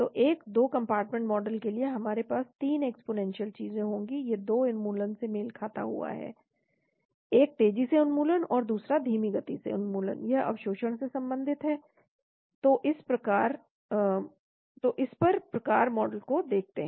तो एक 2 compartment model के लिए हमारे पास 3 एक्स्पोनेंशियल चीजें होंगी ये 2 उन्मूलन से मेल खाता हुआ है एक तेजी से उन्मूलन और दूसरा धीमी गति से उन्मूलन यह अवशोषण से संबंधित है तो इस पर प्रकार मॉडल को देखते हैं